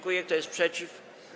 Kto jest przeciw?